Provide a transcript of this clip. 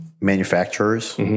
manufacturers